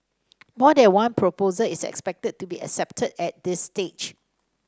more than one proposal is expected to be accepted at this stage